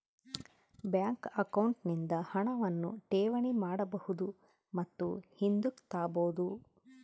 bank account ನಿಂದ ಹಣವನ್ನು ಠೇವಣಿ ಮಾಡಬಹುದು ಮತ್ತು ಹಿಂದುಕ್ ತಾಬೋದು